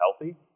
healthy